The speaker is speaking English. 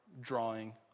drawing